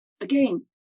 again